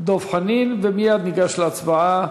דב חנין, ומייד ניגש להצבעה.